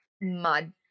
mud